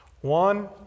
One